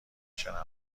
شنونده